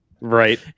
right